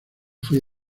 fue